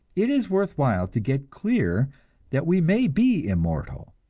it is worth while to get clear that we may be immortal,